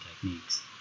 techniques